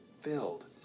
filled